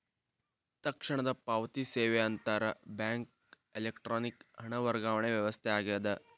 ತಕ್ಷಣದ ಪಾವತಿ ಸೇವೆ ಅಂತರ್ ಬ್ಯಾಂಕ್ ಎಲೆಕ್ಟ್ರಾನಿಕ್ ಹಣ ವರ್ಗಾವಣೆ ವ್ಯವಸ್ಥೆ ಆಗ್ಯದ